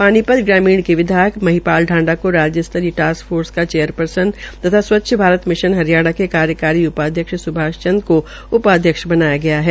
पानीपत ग्रामीण के विधायक माहिपाल ांडा को राज्य स्तरीय टास्क फोर्स का चेयरपर्सन तथा भारत मिशन हरियाणा के कार्यकारी उपाध्यक्ष सुभाष चंद को उपाध्यक्ष बनाया गया है